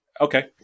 Okay